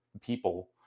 people